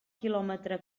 quilòmetre